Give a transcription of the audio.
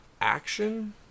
Action